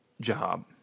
job